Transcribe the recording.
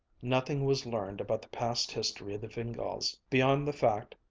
nothing was learned about the past history of the fingals beyond the fact,